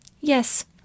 Yes